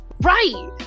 right